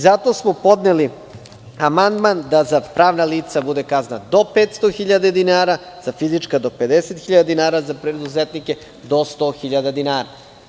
Zato smo podneli amandman da za pravna lica kazna bude do 500.000 dinara, za fizička do 50.000 dinara, a za preduzetnike do 100.000 dinara.